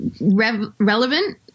relevant